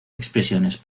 expresiones